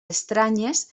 estranyes